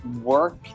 work